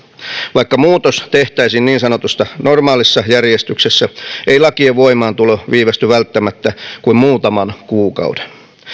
vaikka muutos tehtäisiin niin sanotussa normaalissa järjestyksessä ei lakien voimaantulo viivästy välttämättä kuin muutaman kuukauden